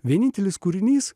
vienintelis kūrinys